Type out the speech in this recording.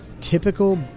typical